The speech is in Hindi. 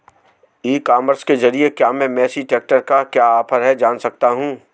ई कॉमर्स के ज़रिए क्या मैं मेसी ट्रैक्टर का क्या ऑफर है जान सकता हूँ?